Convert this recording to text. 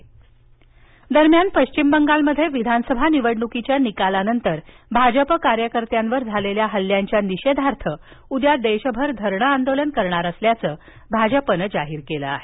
नड्डा दरम्यानपश्चिम बंगालमध्ये विधानसभा निवडणूकीच्या निकालानंतर भाजप कार्यकर्त्यांवर झालेल्या हल्ल्यांच्या निषेधार्थ उद्या देशभर धरणे आंदोलन करणार असल्याचं भाजपनं जाहीर केलं आहे